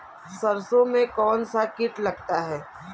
सरसों में कौनसा कीट लगता है?